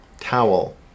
Towel